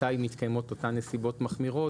מתי מתקיימות אותן נסיבות מחמירות,